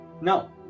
No